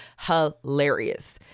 hilarious